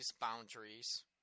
boundaries